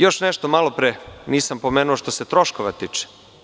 Još nešto, malopre nisam pomenuo što se troškova tiče.